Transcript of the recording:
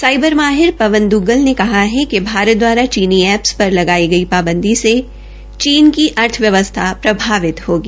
cyber माहिर पवन दुग्गल ने कहा है कि भारत दवारा चीनी एप्पस पर लगाई गई पाबंदी से चीन की अर्थव्यवस्था प्रभावित होगी